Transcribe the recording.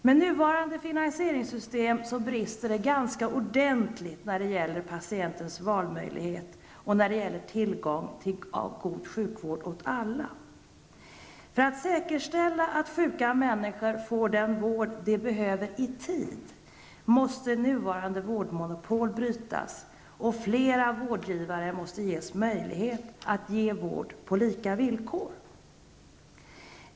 Med nuvarande finansieringssystem brister det ganska ordentligt när det gäller patientens valmöjlighet och när det gäller tillgång till god sjukvård åt alla. För att säkerställa att sjuka människor i tid får den vård de behöver måste nuvarande vårdmonopol brytas, och fler vårdgivare måste ges möjlighet att ge vård på lika villkor.